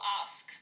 ask